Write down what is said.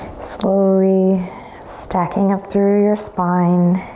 slowly stacking up through your spine.